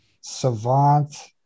Savant